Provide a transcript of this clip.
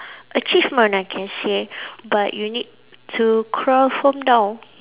achievement I can say but you need to crawl from down